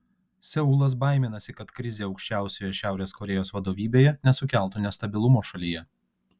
seulas baiminasi kad krizė aukščiausioje šiaurės korėjos vadovybėje nesukeltų nestabilumo šalyje